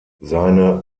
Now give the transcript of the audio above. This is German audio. seine